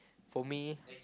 for me